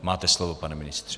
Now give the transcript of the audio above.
Máte slovo, pane ministře.